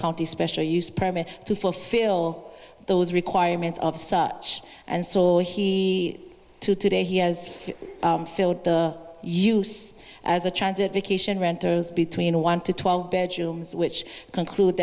county special use permit to fulfill those requirements of such and so he to today he has filled the use as a transit vacation renters between want to twelve bedrooms which conclude